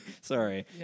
Sorry